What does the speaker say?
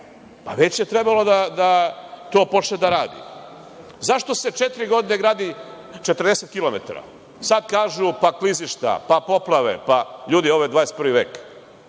Pa, već je trebalo da to počne da radi. Zašto se četiri godine gradi 40 kilometara? Sad kažu – pa klizišta, pa poplave. Ljudi, ovo 21. vek.